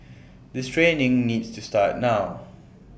this training needs to start now